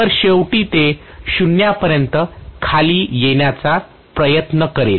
तर शेवटी ते 0 पर्यंत खाली येण्याचा प्रयत्न करेल